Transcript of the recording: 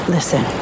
Listen